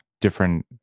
different